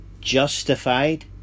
justified